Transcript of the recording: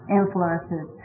influences